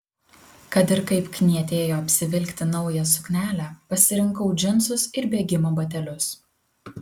kad ir kaip knietėjo apsivilkti naują suknelę pasirinkau džinsus ir bėgimo batelius